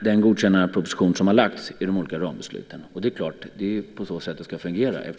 den proposition om godkännande som har lagts fram vid de olika rambesluten. Det är på så sätt det ska fungera.